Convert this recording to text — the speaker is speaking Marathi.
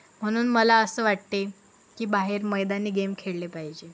म्हणून मला असं वाटते की बाहेर मैदानी गेम खेळले पाहिजे